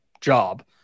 job